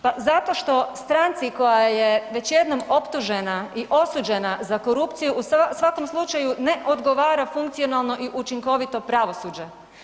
Pa zato što stranci koja je već jednom optužena i osuđena za korupciju u svakom slučaju ne odgovara funkcionalno i učinkovito pravosuđe.